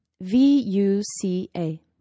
V-U-C-A